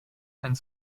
einen